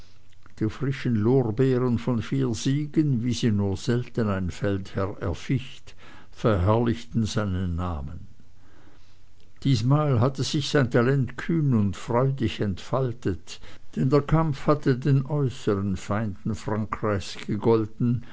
die frischen lorbeeren von vier siegen wie sie nur selten ein feldherr erficht verherrlichten seinen namen diesmal hatte sich sein talent kühn und freudig entfaltet denn der kampf hatte den äußeren feinden frankreichs gegolten